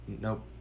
Nope